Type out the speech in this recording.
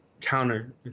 counter